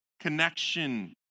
connection